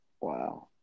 Wow